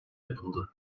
yapıldı